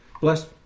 Bless